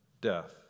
Death